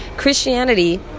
Christianity